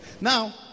Now